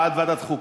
בעד ועדת חוקה.